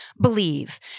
believe